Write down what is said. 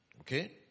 Okay